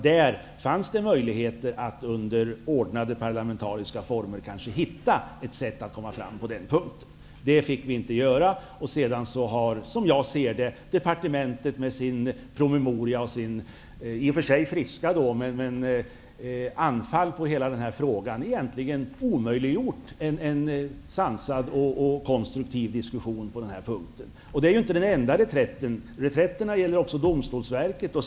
Där fanns möjligheter att under ordnade parlamentariska former hitta ett sätt att nå fram på den punkten. Vi fick inte göra det. Sedan har departementet med promemorian och friska anfall i frågan egentligen omöjliggjort en sansad och konstruktiv diskussion på den punkten. Det här är inte den enda reträtten. Reträtterna gäller också Domstolsverket.